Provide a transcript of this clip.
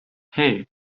hey